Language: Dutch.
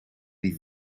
die